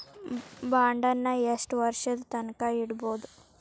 ಬಾಂಡನ್ನ ಯೆಷ್ಟ್ ವರ್ಷದ್ ತನ್ಕಾ ಇಡ್ಬೊದು?